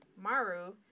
Maru